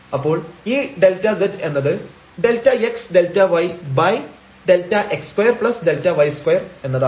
അപ്പോൾ ഈ Δz എന്നത് Δx Δy Δx2Δy2 എന്നതാണ്